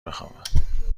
بخوابم